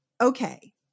okay